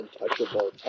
untouchable